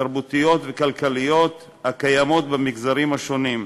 התרבותיות והכלכליות הקיימות במגזרים השונים,